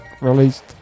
released